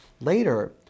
Later